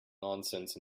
nonsense